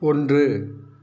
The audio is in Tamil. ஒன்று